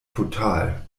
total